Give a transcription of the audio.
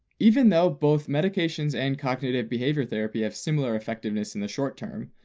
even though both medications and cognitive behavior therapy have similar effectiveness in the short-term,